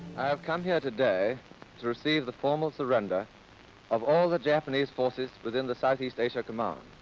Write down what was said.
i have come here today to receive the formal surrender of all the japanese forces within the south east asia command.